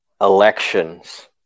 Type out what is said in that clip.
elections